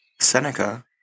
Seneca